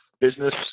business